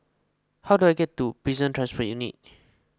how do I get to Prison Transport Unit